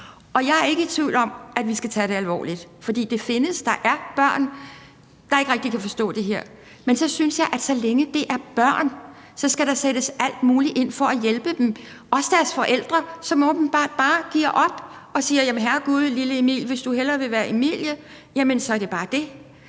jeg er ikke i tvivl om, at vi skal tage det alvorligt, for det findes. Der er børn, der ikke rigtig kan forstå det her. Men jeg synes, at så længe det er børn, så skal der sættes alt muligt ind for at hjælpe dem, også deres forældre, som åbenbart bare giver op og siger, at jamen herregud lille Emil, hvis du hellere vil være Emilie, så er det bare det.